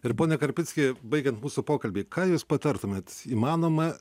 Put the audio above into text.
ir pone karpickai baigiant mūsų pokalbį ką jūs patartumėt įmanoma